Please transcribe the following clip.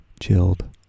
Chilled